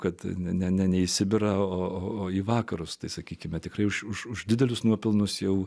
kad ne ne į sibirą o į vakarus tai sakykime tikrai už didelius nuopelnus jau